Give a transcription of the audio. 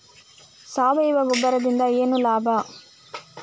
ಸಾವಯವ ಗೊಬ್ಬರದಿಂದ ಏನ್ ಲಾಭ?